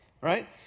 right